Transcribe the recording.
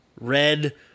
red